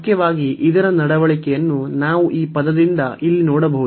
ಮುಖ್ಯವಾಗಿ ಇದರ ನಡವಳಿಕೆಯನ್ನು ನಾವು ಈ ಪದದಿಂದ ಇಲ್ಲಿ ನೋಡಬಹುದು